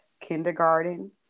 kindergarten